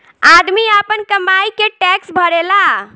आदमी आपन कमाई के टैक्स भरेला